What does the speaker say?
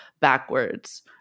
backwards